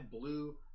blue